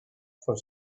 for